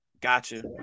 Gotcha